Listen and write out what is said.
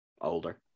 older